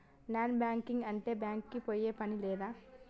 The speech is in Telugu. నాన్ బ్యాంకింగ్ అంటే బ్యాంక్ కి పోయే పని లేదా?